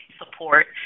support